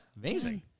amazing